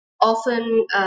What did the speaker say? often